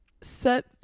set